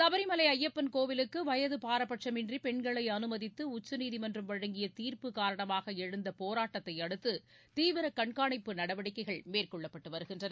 சபரிமலை ஐயப்பன் கோயிலுக்கு வயது பாரபட்சமின்றி பெண்களை அனுமதித்து உச்சநீதிமன்றம் வழங்கிய தீர்ப்பு காரணமாக எழுந்த போராட்டத்தை அடுத்து தீவிர கண்காணிப்பு நடவடிக்கைகள் மேற்கொள்ளப்பட்டு வருகின்றன